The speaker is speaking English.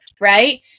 right